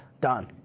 done